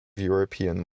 european